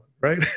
right